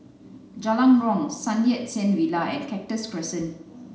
Jalan Riang Sun Yat Sen Villa and Cactus Crescent